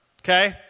Okay